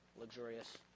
luxurious